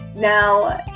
Now